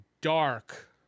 dark